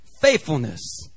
Faithfulness